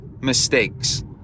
mistakes